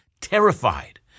terrified